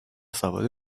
سواد